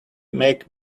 makes